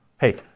Hey